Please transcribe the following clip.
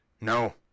No